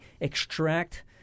extract